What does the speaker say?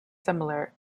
similar